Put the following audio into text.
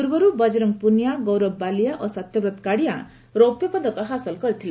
ପୂର୍ବରୁ ବଜରଙ୍ଗ ପୁନିଆ ଗୌରବ ବାଲିଆ ଓ ସତ୍ୟବ୍ରତ କାଡ଼ିଆଁ ରୌପ୍ୟ ପଦକ ହାସଲ କରିଛନ୍ତି